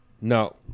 No